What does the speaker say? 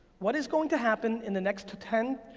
what is going to happen in the next ten,